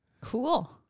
Cool